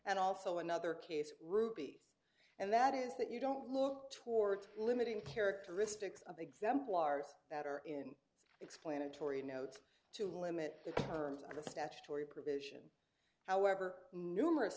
and also another case ruby and that is that you don't look towards limiting characteristics of exemplars that are in explanatory notes to limit the terms of the statutory provision however numerous